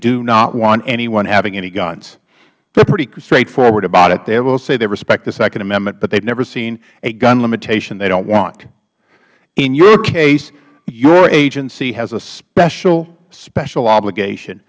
do not want anyone having any guns they are pretty straightforward about it they will say they respect the second amendment but they have never seen a gun limitation they don't want in your case your agency has a special special obligation